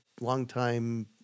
longtime